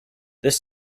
this